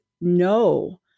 no